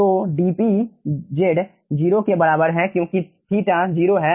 तो dp z 0 के बराबर है क्योंकि थीटा 0 है